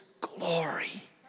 glory